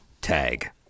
tag